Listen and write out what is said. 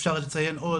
אפשר לציין עוד,